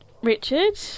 Richard